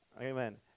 Amen